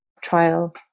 trial